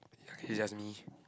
okay just me